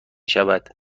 شود